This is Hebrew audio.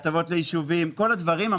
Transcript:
הטבות ליישובים וכל הדברים.